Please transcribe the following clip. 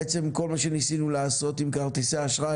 בעצם כל מה שניסינו לעשות עם כרטיסי האשראי,